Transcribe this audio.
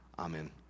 Amen